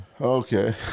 Okay